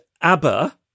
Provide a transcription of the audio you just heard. ABBA